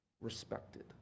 respected